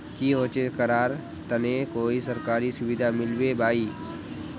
की होचे करार तने कोई सरकारी सुविधा मिलबे बाई?